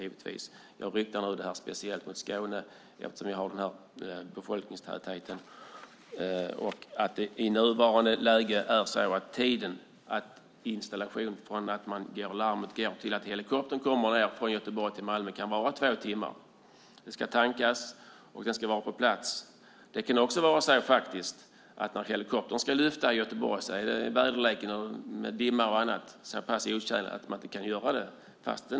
Men här inriktar jag mig speciellt på Skåne med tanke på befolkningstätheten där. Från det att larmet går till dess att helikoptern i Göteborg kommer ned till Malmö kan det i nuläget ta två timmar. Det ska tankas. Dessutom ska helikoptern finnas på plats vid larmet. När helikoptern i Göteborg ska lyfta kan ju vädret - exempelvis vid dimma - vara så otjänligt att helikoptern inte kan lyfta.